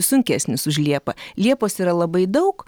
sunkesnis už liepą liepos yra labai daug